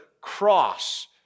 cross